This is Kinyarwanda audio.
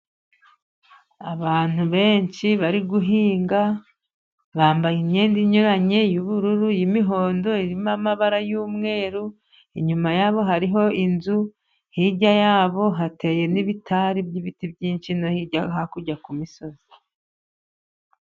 Abantu benshi bari guhinga bambaye imyenda inyuranye y'ubururu, imihondo irimo amabara y'umweru. Inyuma yabo hariho inzu, hirya yabo hateye n'ibitari by'ibiti byinshi no hirya hakurya ku misozi.